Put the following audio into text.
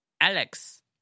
Alex